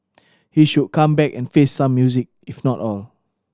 he should come back and face some music if not all